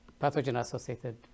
pathogen-associated